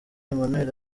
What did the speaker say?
emmanuel